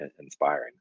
inspiring